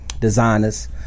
designers